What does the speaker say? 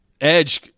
Edge